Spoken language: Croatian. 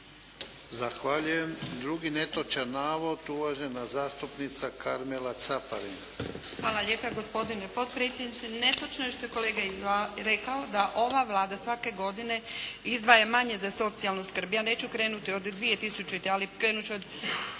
Zahvaljujem. Drugi netočan navod uvažena zastupnica Karmela Caparin. **Caparin, Karmela (HDZ)** Hvala lijepa gospodine potpredsjedniče. Netočno je što je kolega rekao da ova Vlada svake godine izdvaja manje za socijalnu skrb. Ja neću krenuti od 2000., ali krenut ću od